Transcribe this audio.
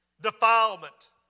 defilement